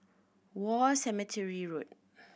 War Cemetery Road